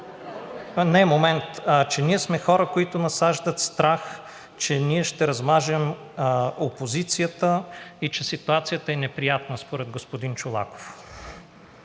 ли нещо? Че ние сме хора, които насаждат страх, че ние ще размажем опозицията и че ситуацията е неприятна според господин Чолаков.